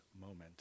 moment